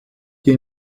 die